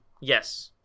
Yes